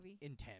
intense